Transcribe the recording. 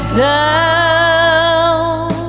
down